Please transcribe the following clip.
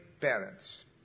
parents